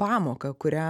pamoką kurią